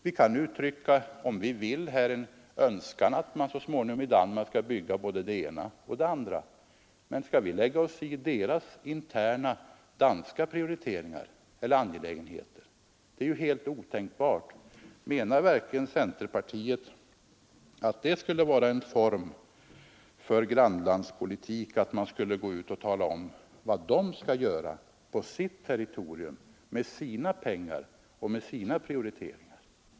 Om vi vill kan vi uttrycka en önskan om att danskarna så småningom skall bygga både det ena och det andra, men skall vi lägga oss i deras interna angelägenheter? Det är ju helt otänkbart Menar verkligen centerpartiet att det skulle vara en form för grannlandspolitik att man skulle gå ut och tala om vad de skall göra på sitt territorium, med sina pengar och med sina prioriteringar?